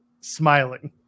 smiling